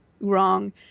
wrong